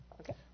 Okay